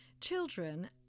Children